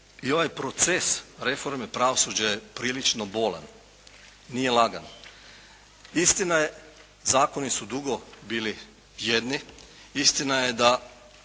i ovaj proces reforme pravosuđa je prilično bolan, nije lagan. Istina je, zakoni su dugo bili …/Govornik se ne